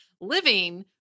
living